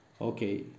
Okay